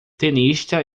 tenista